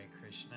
Krishna